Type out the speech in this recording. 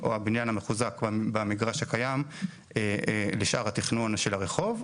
או הבניין המחוזק והמגרש הקיים לשאר התכנון של הרחוב.